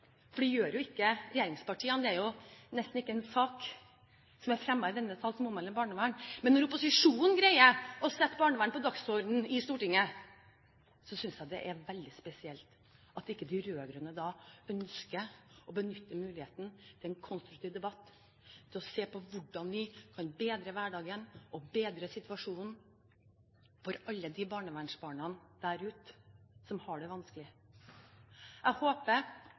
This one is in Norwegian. for det gjør jo ikke regjeringspartiene, det er nesten ikke en sak som er fremmet i denne sal som omhandler barnevern – at ikke de rød-grønne partiene og statsråden da ønsker å benytte muligheten til en konstruktiv debatt, til å se på hvordan vi kan bedre hverdagen og bedre situasjonen for alle de barnevernsbarna der ute som har det vanskelig. Jeg håper